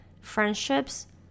friendships